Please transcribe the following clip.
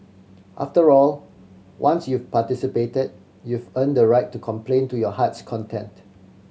after all once you've participated you've earned the right to complain to your heart's content